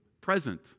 present